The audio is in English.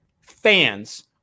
fans